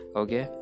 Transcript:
okay